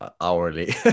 hourly